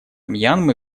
мьянмы